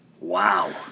Wow